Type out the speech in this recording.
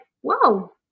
whoa